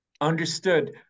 Understood